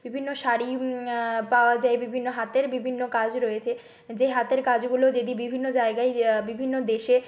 বিভিন্ন শাড়ি পাওয়া যায় বিভিন্ন হাতের বিভিন্ন কাজ রয়েছে যে হাতের কাজগুলো যদি বিভিন্ন জায়গায় বিভিন্ন দেশে